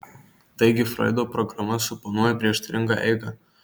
taigi froido programa suponuoja prieštaringą eigą